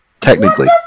Technically